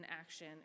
action